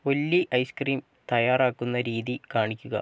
ഒല്ലി ice cream തയ്യാറാക്കുന്ന രീതി കാണിക്കുക